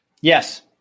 Yes